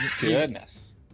Goodness